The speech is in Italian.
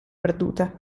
perduta